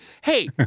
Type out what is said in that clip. Hey